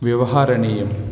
व्यवहरणीयम्